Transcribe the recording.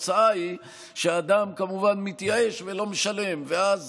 התוצאה היא שאדם כמובן מתייאש ולא משלם, ואז